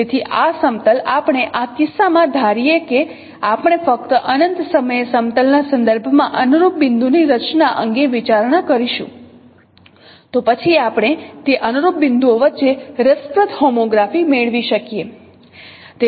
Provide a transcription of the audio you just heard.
તેથી આ સમતલ આપણે આ કિસ્સામાં ધારીએ કે આપણે ફક્ત અનંત સમયે સમતલના સંદર્ભમાં અનુરૂપ બિંદુની રચના અંગે વિચારણા કરીશું તો પછી આપણે તે અનુરૂપ બિંદુઓ વચ્ચે રસપ્રદ હોમોગ્રાફી મેળવી શકીએ